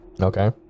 Okay